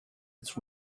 its